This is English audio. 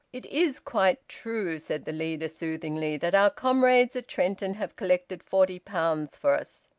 it is quite true, said the leader soothingly, that our comrades at trenton have collected forty pounds for us.